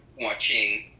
watching